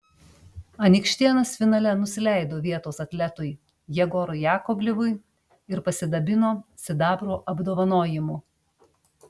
anykštėnas finale nusileido vietos atletui jegorui jakovlevui ir pasidabino sidabro apdovanojimu